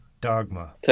Dogma